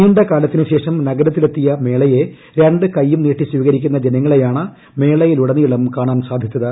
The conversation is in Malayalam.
നീണ്ട കാലത്തിനു ശേഷം നഗരത്തിലെത്തിയ മേളയെ രണ്ട് കയ്യും നീട്ടി സ്വീകരിക്കുന്ന ജനങ്ങളെയാണ് മേളയിലുടനീളം കാണാൻ സാധിച്ചത്